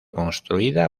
construida